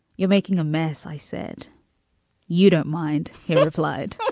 you're making a mess, i said you don't mind, he replied.